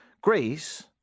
Greece